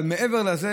אבל מעבר לזה,